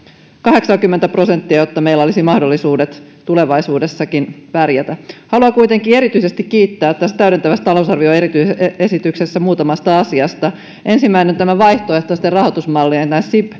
kahdeksaakymmentä prosenttia jotta meillä olisi mahdollisuudet tulevaisuudessakin pärjätä haluan kuitenkin erityisesti kiittää tässä täydentävässä talousarvioesityksessä muutamasta asiasta ensimmäinen on vaihtoehtoisten rahoitusmallien